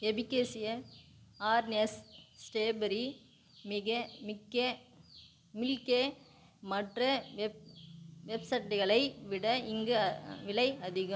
எபிகேசிய ஆர்னேஸ் ஸ்டேபெரி மிக மிக்க மில்கே மற்ற வெப் வெப்சட்டுகளை விட இங்கு விலை அதிகம்